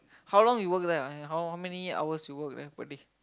how long you work there ah how how many hours you work there per day